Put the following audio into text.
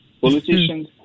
politicians